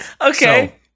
Okay